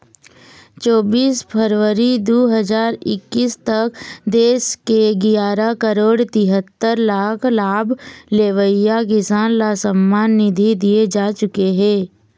चोबीस फरवरी दू हजार एक्कीस तक देश के गियारा करोड़ तिहत्तर लाख लाभ लेवइया किसान ल सम्मान निधि दिए जा चुके हे